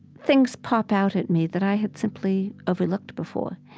things pop out at me that i had simply overlooked before,